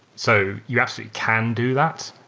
so you absolutely can do that.